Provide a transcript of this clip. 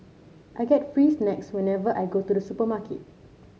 I get free snacks whenever I go to the supermarket